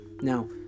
Now